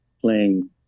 playing